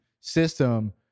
system